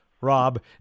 Rob